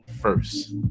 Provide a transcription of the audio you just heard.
first